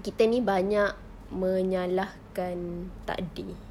kita ini banyak menyalahkan takdir